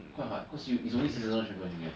quite hard cause you it's only seasonal champion only get